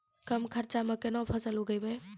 कम खर्चा म केना फसल उगैबै?